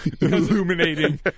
illuminating